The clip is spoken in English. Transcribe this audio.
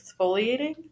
exfoliating